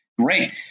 great